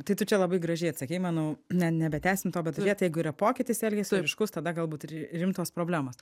tai tu čia labai gražiai atsakei manau ne nebetęsim to bet jei tai yra pokytis elgesio ryškus tada galbūt ir rimtos problemos